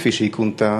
כפי שהיא כונתה,